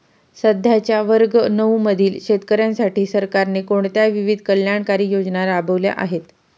सध्याच्या वर्ग नऊ मधील शेतकऱ्यांसाठी सरकारने कोणत्या विविध कल्याणकारी योजना राबवल्या आहेत?